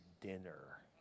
dinner